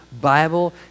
Bible